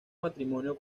matrimonio